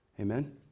Amen